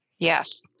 Yes